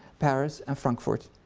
paris and frankfurt.